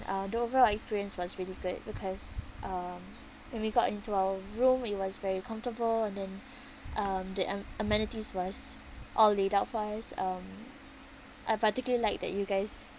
uh the overall experience was really good because um when we got into our room it was very comfortable and then um the am~ amenities was all laid out for us um I particularly liked that you guys